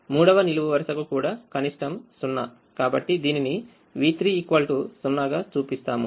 మూడవ నిలువు వరుసకు కూడా కనిష్టం 0కాబట్టిదీనిని v30గా చూపిస్తాము